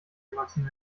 erwachsenen